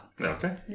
Okay